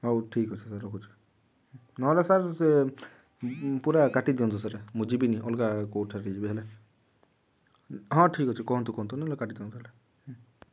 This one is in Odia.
ହଉ ଠିକ୍ ଅଛି ସାର୍ ରଖୁଛି ନ ହେଲେ ସାର୍ ସେ ପୁରା କାଟି ଦିଅନ୍ତୁ ସେଟା ମୁଁ ଯିବିନି ଅଲଗା କେଉଁଠା ଯିବି ହେଲା ହଁ ଠିକ୍ ଅଛି କୁହନ୍ତୁ କୁହନ୍ତୁ ନହେଲେ କାଟି ଦିଅନ୍ତୁ ହେଲା